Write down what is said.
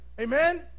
amen